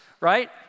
right